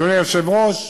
אדוני היושב-ראש,